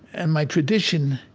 and my tradition